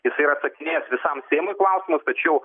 jisai yra atsakinėjęs visam seimui į klausimus tačiau